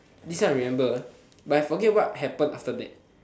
this one I remember but I forget what happen after that